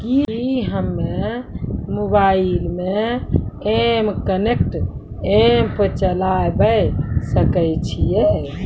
कि हम्मे मोबाइल मे एम कनेक्ट एप्प चलाबय सकै छियै?